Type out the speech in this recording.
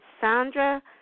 Sandra